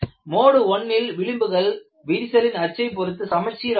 mode 1 ல் விளிம்புகள் விரிசலின் அச்சை பொருத்து சமச்சீரானவை